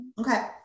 Okay